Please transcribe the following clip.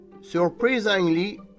Surprisingly